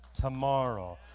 tomorrow